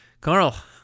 Carl